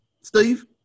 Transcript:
Steve